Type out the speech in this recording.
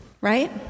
Right